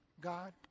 God